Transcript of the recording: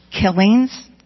killings